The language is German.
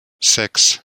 sechs